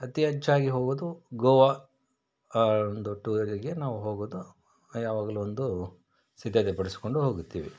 ಅತಿ ಹೆಚ್ಚಾಗಿ ಹೋಗೋದು ಗೋವಾ ಒಂದು ಟೂರಿಗೆ ನಾವು ಹೋಗೋದು ಯಾವಾಗಲೊಂದು ಸಿದ್ಧತೆ ಪಡಿಸಿಕೊಂಡು ಹೋಗುತ್ತೀವಿ